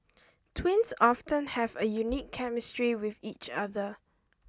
twins often have a unique chemistry with each other